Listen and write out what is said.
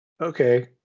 okay